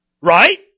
Right